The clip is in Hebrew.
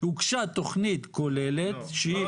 זה חוק תכנון ובנייה קובע מה חוקי ומה לא.